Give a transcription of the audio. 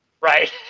Right